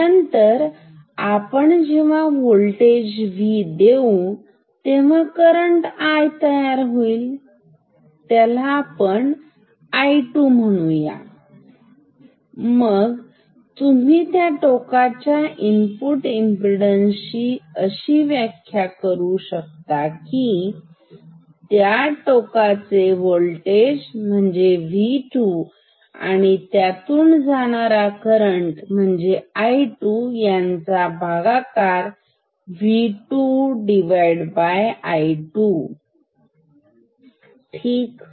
नंतर आपण जेव्हा काही होल्टेज देऊ तेव्हा करंट तयार होईल त्याला आपण करंट I2 म्हणूया मग तुम्ही त्या टोकाच्या इनपुट इमपीडन्सची अशी व्याख्या करू शकता ती 'त्या टोकाचे व्होल्टेज आणि त्यातून जाणारा करंट यांचा भागाकार V2 I2 ठीक आहे